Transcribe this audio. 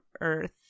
Earth